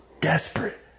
desperate